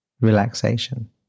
relaxation